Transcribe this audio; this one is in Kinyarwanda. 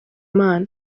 imana